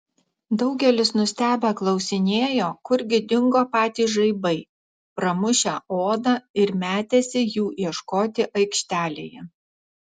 daugelis nustebę klausinėjo kurgi dingo patys žaibai pramušę odą ir metėsi jų ieškoti aikštelėje